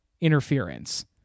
interference